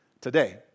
today